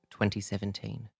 2017